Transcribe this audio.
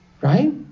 right